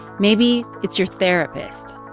maybe it's your therapist.